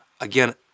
again